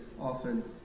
often